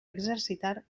exercitar